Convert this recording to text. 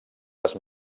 les